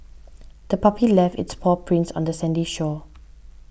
the puppy left its paw prints on the sandy shore